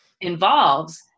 involves